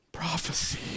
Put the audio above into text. prophecy